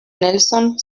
nelson